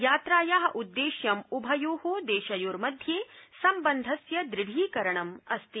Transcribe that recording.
यात्राया उद्देश्यं उभयो देशयोर्मध्ये सम्बन्धस्य दृढीकरणाम् अस्ति